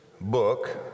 book